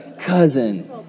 Cousin